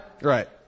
Right